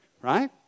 right